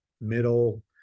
middle